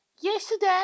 Yesterday